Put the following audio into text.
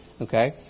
okay